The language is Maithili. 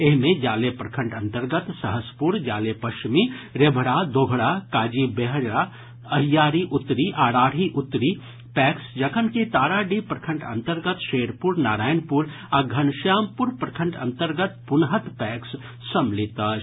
एहि मे जाले प्रखंड अंतर्गत सहसपुर जाले पश्चिमी रेवढ़ा दोघड़ा काजी बहेरा अहियारी उत्तरी आ राढ़ी उत्तरी पैक्स जखनकि ताराडीह प्रखंड अंतर्गत शेरपुर नारायणपुर आ घनश्यामपुर प्रखंड अंतर्गत पुनहद पैक्स सम्मिलित अछि